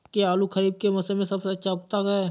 क्या आलू खरीफ के मौसम में सबसे अच्छा उगता है?